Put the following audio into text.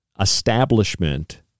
establishment